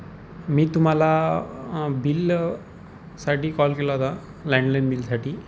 मी तुम्हाला बिल साठी कॉल केला होता लँडलाईन बिलसाठी